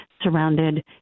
surrounded